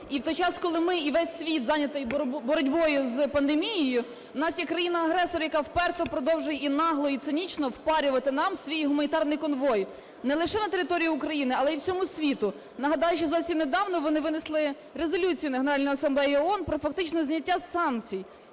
І в той час, коли ми і весь свій зайняті боротьбою з пандемією, у нас є країна-агресор, яка вперто продовжує нагло і цинічно "впарювати" нам свій гуманітарний конвой. Не лише на території України, але і всьому світу. Нагадаю, що зовсім недавно вони винесли резолюцію на Генеральну асамблею ООН про фактично зняття санкцій.